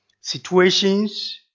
situations